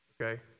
okay